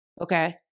okay